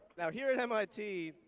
now, here at mit,